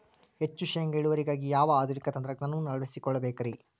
ಹೆಚ್ಚು ಶೇಂಗಾ ಇಳುವರಿಗಾಗಿ ಯಾವ ಆಧುನಿಕ ತಂತ್ರಜ್ಞಾನವನ್ನ ಅಳವಡಿಸಿಕೊಳ್ಳಬೇಕರೇ?